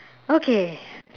okay